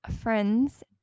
friends